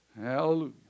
Hallelujah